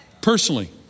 personally